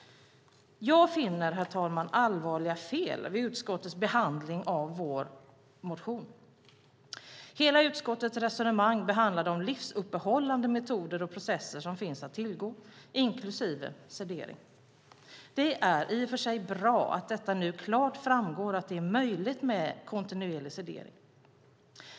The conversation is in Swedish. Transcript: Jag har funnit, herr talman, allvarliga fel vid utskottets behandling av vår motion. Hela utskottets resonemang behandlar de livsuppehållande metoder och processer som finns att tillgå, inklusive sedering. Det är i och för sig bra att det nu klart framgår att det är möjligt med kontinuerlig sedering.